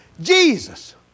Jesus